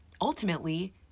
ultimately